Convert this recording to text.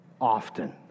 Often